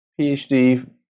PhD